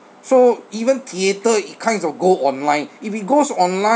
so even theatre it kinds of go online if it goes online